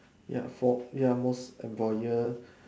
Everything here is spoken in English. ya for ya most and for years